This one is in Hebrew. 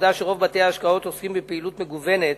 והעובדה שרוב בתי-ההשקעות עוסקים בפעילות מגוונת,